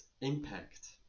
impact